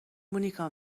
مونیکا